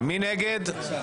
אושרה.